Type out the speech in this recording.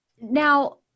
Now